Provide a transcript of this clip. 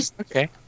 Okay